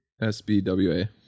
S-B-W-A